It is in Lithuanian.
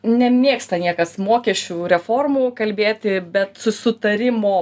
nemėgsta niekas mokesčių reformų kalbėti bet sutarimo